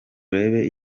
urebe